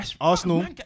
Arsenal